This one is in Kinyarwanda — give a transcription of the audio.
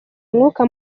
umwuka